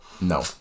No